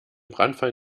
brandfall